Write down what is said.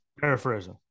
Paraphrasing